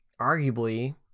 arguably